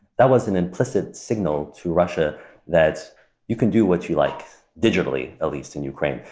that was an implicit signal to russia that you can do what you like digitally, at least in ukraine.